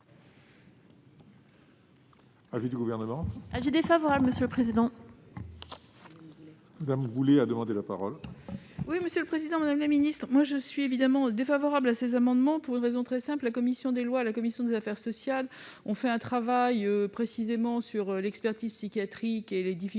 défavorable à ces amendements, et ce pour une raison très simple. La commission des lois et la commission des affaires sociales ont fait un travail sur l'expertise psychiatrique et les difficultés